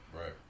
right